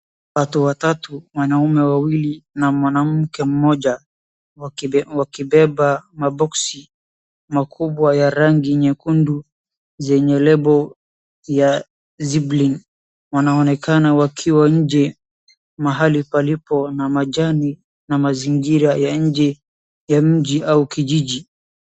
Watu watatu wanaume wawili na mwanamke mmoja wakibeba Maboxi makubwa ya rangi nyekundu zenye label ya ziblin . Wanaonekana wakiwa nje mahali palipo na majani na mazingira ya nje ya mji au kijiji